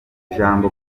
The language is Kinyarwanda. ijambo